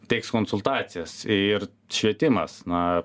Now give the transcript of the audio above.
teiks konsultacijas ir švietimas na